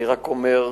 אני רק אומר: